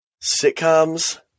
sitcoms